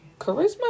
charisma